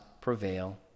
prevail